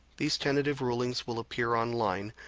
these tentative rulings will appear online,